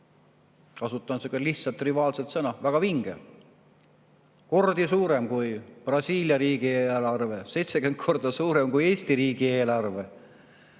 kasutan seda lihtsat, triviaalset [väljendit] – väga vinge, kordi suurem kui Brasiilia riigi eelarve, 70 korda suurem kui Eesti riigi eelarve.